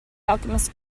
alchemist